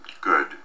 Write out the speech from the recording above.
Good